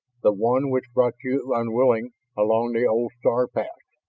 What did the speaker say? the one which brought you unwilling along the old star paths.